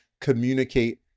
communicate